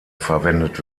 verwendet